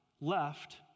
left